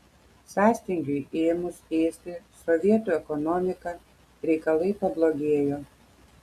sąstingiui ėmus ėsti sovietų ekonomiką reikalai pablogėjo